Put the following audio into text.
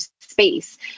space